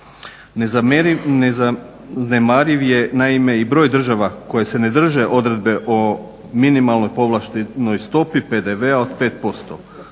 Ne zanemariva je i broj država koje se ne drže odredbe o minimalnoj povlaštenoj stopi PDV-a od 5%.